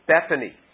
Bethany